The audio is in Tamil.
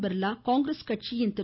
பிர்லா காங்கிரஸ் கட்சியின் திரு